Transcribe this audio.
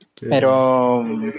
Pero